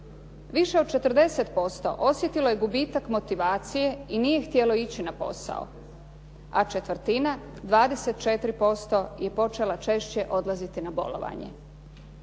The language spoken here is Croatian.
Više od 40% osjetilo je gubitak motivacije i nije htjelo ići na posao, a četvrtina 24% je počela češće odlaziti na bolovanje.